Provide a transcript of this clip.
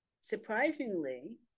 surprisingly